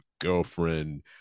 girlfriend